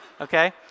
okay